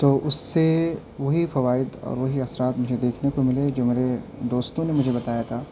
تو اس سے وہی فوائد اور وہی اثرات مجھے دیکھنے کو ملے جو میرے دوستوں نے مجھے بتایا تھا